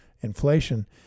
inflation